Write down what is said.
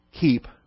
keep